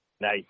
Nice